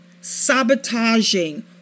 sabotaging